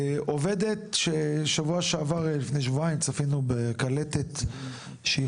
עובדת ששבוע שעבר או לפני שבועיים צפינו בקלטת שהיא